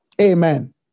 Amen